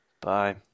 Bye